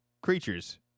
creatures